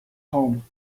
home